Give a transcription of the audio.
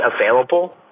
available